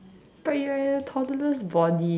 but you're in a toddler's body